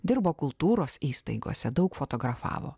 dirbo kultūros įstaigose daug fotografavo